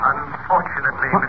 Unfortunately